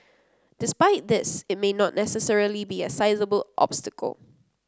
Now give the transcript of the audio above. despite this it may not necessarily be a sizeable obstacle